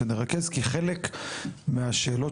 כי חלק מהשאלות,